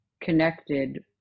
connected